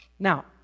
Now